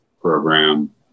program